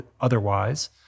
otherwise